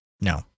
No